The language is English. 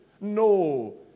No